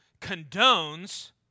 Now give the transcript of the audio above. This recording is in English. condones